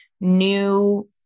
new